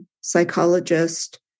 psychologist